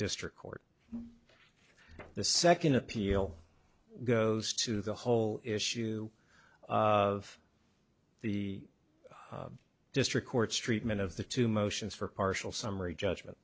district court the second appeal goes to the whole issue of the district court's treatment of the two motions for partial summary judgment